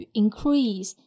increase